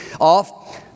off